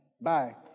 bye